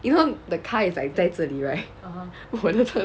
you know the car is like 在这里 right 我的车